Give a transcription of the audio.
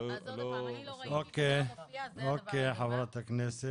תודה, חברת הכנסת.